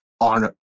on